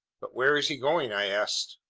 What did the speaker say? but where's he going? i asked.